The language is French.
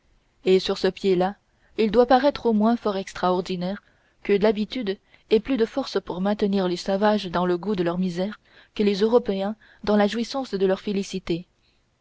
et sur ce pied-là il doit paraître au moins fort extraordinaire que l'habitude ait plus de force pour maintenir les sauvages dans le goût de leur misère que les européens dans la jouissance de leur félicité